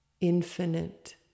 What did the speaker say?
infinite